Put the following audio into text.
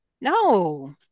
no